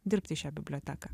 dirbt į šią biblioteką